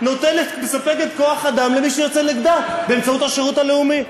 מספקת למי שיוצא נגדה כוח-אדם באמצעות השירות הלאומי.